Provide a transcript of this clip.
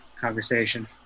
conversation